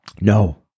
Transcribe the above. no